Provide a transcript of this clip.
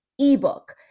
ebook